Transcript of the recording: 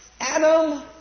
Adam